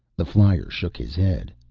the flyer shook his head.